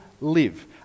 live